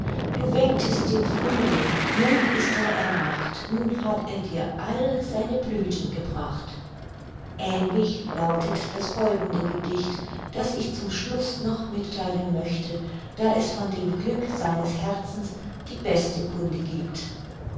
du wecktest den frühling nun ist er erwacht nun hat er dir all seine blüthen gebracht aehnlich lautet das folgende gedicht das ich zum schluß noch mittheilen möchte da es von dem glück seines herzens die beste kunde giebt